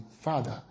Father